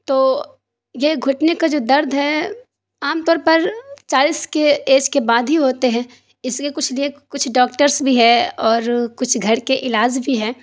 تو یہ گھٹنے کا جو درد ہے عام طور پر چالیس کے ایج کے بعد ہی ہوتے ہیں اس لیے کچھ کچھ ڈاکٹرس بھی ہے اور کچھ گھر کے علاج بھی ہیں